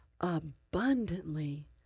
abundantly